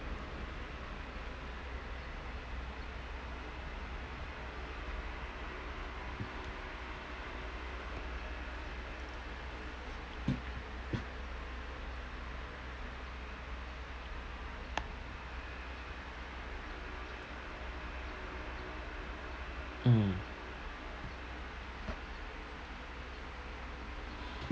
mmhmm